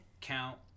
count